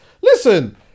Listen